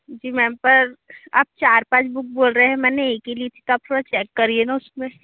जी ma'am पर आप चार पाँच बुक बोल रहे हैं मैंने एक ही ली थी तब थोड़ा चेक करिए न उसमें